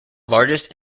largest